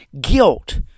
guilt